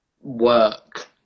work